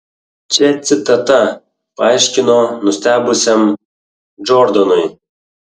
čia citata paaiškino nustebusiam džordanui